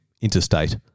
interstate